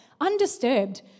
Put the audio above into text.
Undisturbed